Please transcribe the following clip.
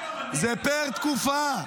זה פר-תקופה.